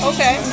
Okay